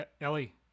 Ellie